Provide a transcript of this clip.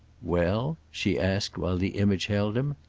well? she asked while the image held him.